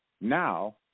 Now